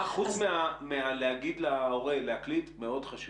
מה חוץ מלהגיד להורה להקליט, מאוד חשוב,